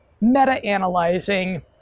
meta-analyzing